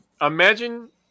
imagine